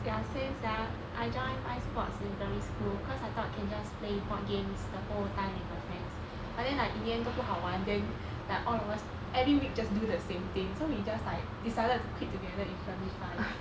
ya same sia I join my sports in primary school cause I thought can just play board games the whole time with my friends but then like in the end 都不好玩 then like all of us every week just do the same thing so we just like decided to quit together in primary five